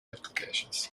applications